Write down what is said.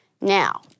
Now